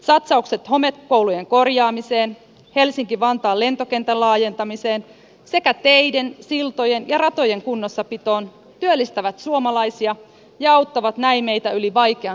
satsaukset homekoulujen korjaamiseen helsinki vantaan lento kentän laajentamiseen sekä teiden siltojen ja ratojen kunnossapitoon työllistävät suomalaisia ja auttavat näin meitä yli vaikean suhdannekarikon